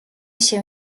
się